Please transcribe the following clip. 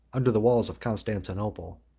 under the walls of constantinople.